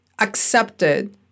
accepted